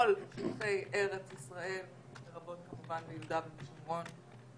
בכל שטחי ארץ ישראל, לרבות כמובן ביהודה ובשומרון.